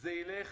זה ילך